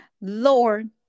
Lord